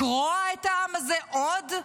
לקרוע את העם הזה עוד?